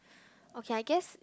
okay I guess